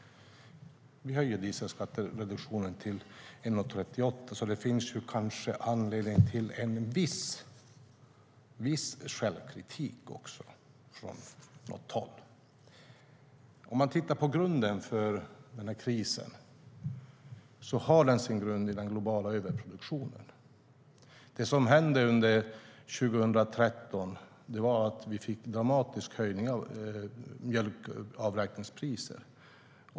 Vi höjer dieselskattreduktionen till 1,38. Det finns alltså kanske anledning till viss självkritik, från något håll. Krisen har sin grund i den globala överproduktionen. Under 2013 fick vi en dramatisk höjning av mjölkavräkningspriser.